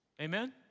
Amen